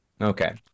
Okay